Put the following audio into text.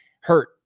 hurt